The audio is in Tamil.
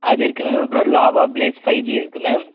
அது இருக்கு மேம் அப்புறம் லாவா பிளேஸ் ஃபைவ் ஜி இருக்கு மேம்